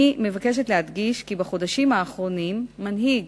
אני מבקשת להדגיש כי בחודשים האחרונים מנהיג